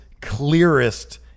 clearest